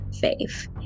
faith